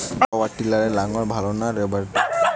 পাওয়ার টিলারে লাঙ্গল ভালো না রোটারের?